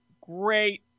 great